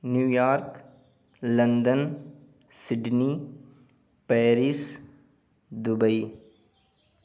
New York London Sydney Paris Dubai